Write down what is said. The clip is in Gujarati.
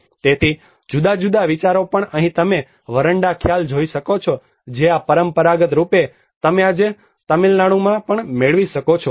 તેથી જુદા જુદા વિચારો પણ અહીં તમે વરંડા ખ્યાલ જોઈ શકો છો જે આ પરંપરાગત રૂપે તમે આજે તમિલનાડુમાં પણ મેળવી શકો છો